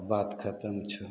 बात खतम छऽ